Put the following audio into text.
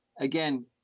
again